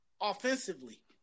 offensively